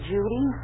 Judy